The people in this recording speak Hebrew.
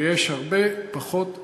ויש הרבה פחות אגו,